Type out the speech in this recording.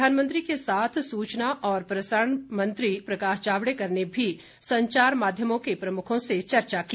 प्रधानमंत्री के साथ सूचना और प्रसारण मंत्री प्रकाश जावड़ेकर ने भी संचार माध्यमों के प्रमुखों से चर्चा की